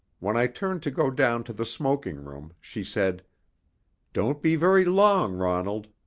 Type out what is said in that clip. when i turned to go down to the smoking-room, she said don't be very long, ronald.